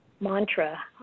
Mantra